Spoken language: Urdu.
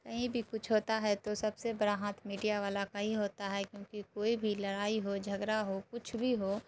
کہیں بھی کچھ ہوتا ہے تو سب سے بڑا ہاتھ میڈیا والا کا ہی ہوتا ہے کیونکہ کوئی بھی لڑائی ہو جھگڑا ہو کچھ بھی ہو